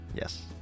Yes